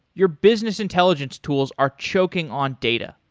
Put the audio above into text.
your business intelligence tools are choking on data.